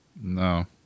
No